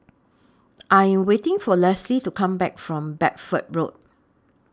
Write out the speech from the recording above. I Am waiting For Lesli to Come Back from Bedford Road